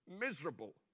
miserable